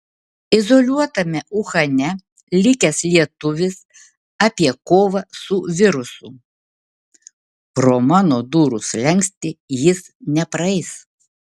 izoliuotame uhane likęs lietuvis apie kovą su virusu pro mano durų slenkstį jis nepraeis